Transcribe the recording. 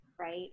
right